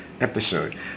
episode